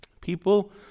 People